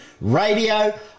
Radio